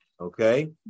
okay